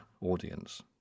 audience